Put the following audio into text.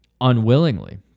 unwillingly